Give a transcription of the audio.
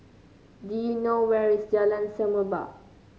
do you know where is Jalan Semerbak